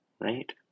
right